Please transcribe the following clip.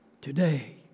today